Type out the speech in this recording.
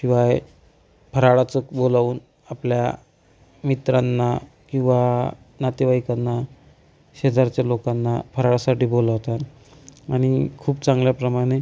शिवाय फराळाचं बोलावून आपल्या मित्रांना किंवा नातेवाईकांना शेजारच्या लोकांना फराळासाठी बोलावतात आणि खूप चांगल्या प्रमाणे